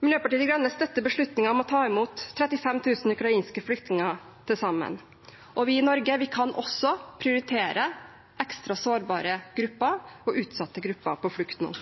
Miljøpartiet De Grønne støtter beslutningen om å ta imot 35 000 ukrainske flyktninger til sammen, og vi i Norge kan også prioritere ekstra sårbare grupper og utsatte grupper på flukt nå.